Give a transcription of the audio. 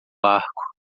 barco